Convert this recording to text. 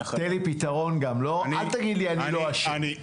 תן לי פתרון גם, אל תגיד לי אני לא אשם.